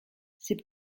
ces